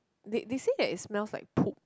they they say that it's smell like poop